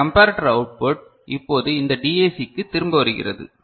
இந்த comparator output இப்போது இந்த டிஏசிக்கு திரும்ப வருகிறது